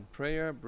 prayer